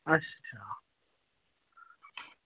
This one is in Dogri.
अच्छा